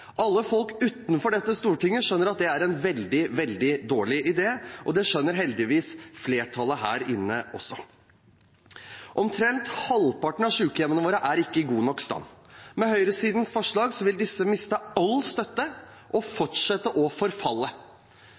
Alle folk utenfor Stortinget skjønner at det er en veldig dårlig idé, og det skjønner heldigvis flertallet her inne også. Omtrent halvparten av sykehjemmene våre er ikke i god nok stand. Med høyresidens forslag vil disse miste all støtte og fortsette å forfalle.